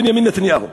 בנימין נתניהו.